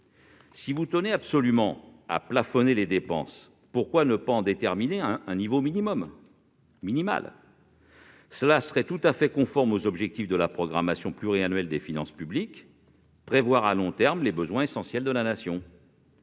Si vous tenez absolument à plafonner les dépenses, pourquoi ne pas déterminer leur niveau minimal ? Ce serait tout à fait conforme aux objectifs de la programmation pluriannuelle des finances publiques, qui vise à prévoir à long terme les besoins essentiels de la Nation.